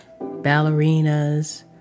ballerinas